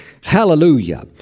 Hallelujah